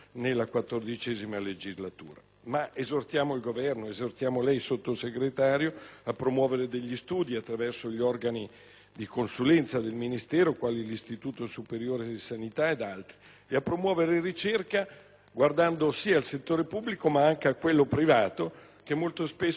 Esortiamo il Governo e lei, signor Sottosegretario, a promuovere studi attraverso gli organi di consulenza del Ministero, quale l'Istituto superiore della sanità ed altri, a promuovere ricerca guardando al settore pubblico, ma anche a quello privato che molto spesso può essere di ulteriore volano,